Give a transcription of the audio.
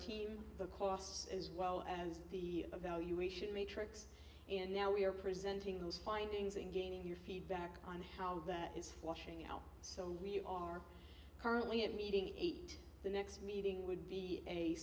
team the costs as well as the evaluation matrix and now we are presenting those findings and gaining your feedback on how that is flushing out so we are currently at meeting eight the next meeting would be a